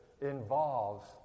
involves